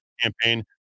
campaign